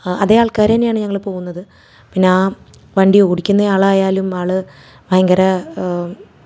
അതെ ആൾക്കാർ തന്നെയാണ് ഞങ്ങൾ പോകുന്നത് പിന്നെ ആ വണ്ടി ഓടിക്കുന്ന ആളായാലും ആൾ ഭയങ്കര